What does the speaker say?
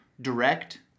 direct